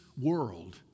world